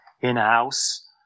in-house